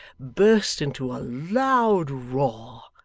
burst into a loud roar,